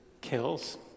kills